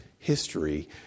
history